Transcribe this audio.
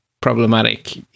problematic